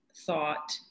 thought